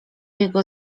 jego